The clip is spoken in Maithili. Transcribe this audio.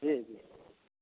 जी जी